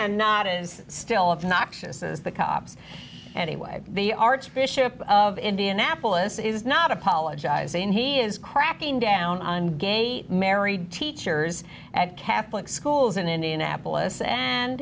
and not is still up noxious as the cops anyway the archbishop of indianapolis is not apologizing he is cracking down on gay married teachers at catholic schools in indianapolis and